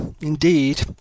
indeed